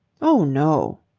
oh, no.